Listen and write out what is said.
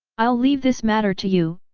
i'll leave this matter to you,